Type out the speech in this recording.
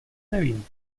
nevím